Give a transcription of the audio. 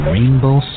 Rainbow